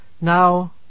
Now